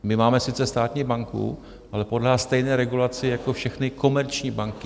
My máme sice státní banku, ale podléhá stejné regulaci jako všechny komerční banky.